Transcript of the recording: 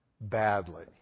badly